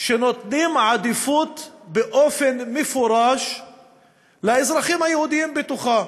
שנותנים עדיפות באופן מפורש לאזרחים היהודים בתוכה,